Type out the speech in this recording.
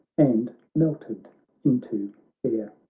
and melted into air.